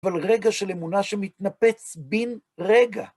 אבל רגע של אמונה שמתנפץ בן רגע...